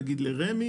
נניח לרמ"י